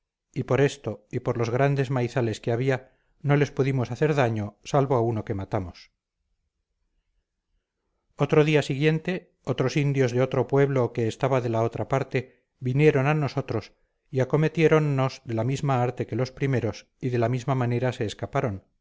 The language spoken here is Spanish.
y por esto y por los grandes maizales que había no les pudimos hacer daño salvo a uno que matamos otro día siguiente otros indios de otro pueblo que estaba de la otra parte vinieron a nosotros y acometiéronnos de la misma arte que los primeros y de la misma manera se escaparon